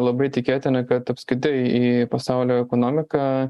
labai tikėtina kad apskritai į pasaulio ekonomiką